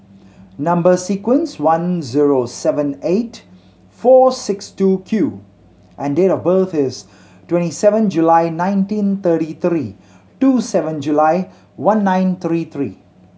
number sequence one zero seven eight four six two Q and date of birth is twenty seven July nineteen thirty three two seven July one nine three three